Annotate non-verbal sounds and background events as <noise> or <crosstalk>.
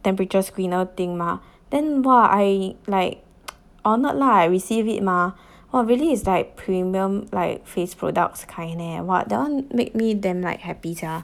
temperature screener thing mah then !wah! I like <noise> honoured lah I receive it mah !wah! really is like premium like face products kind leh !wah! that one make me damn like happy sia